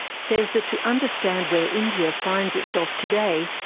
says that to understand where india finds itself today,